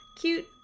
cute